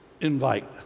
Invite